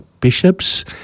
bishops